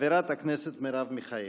חברת הכנסת מרב מיכאלי.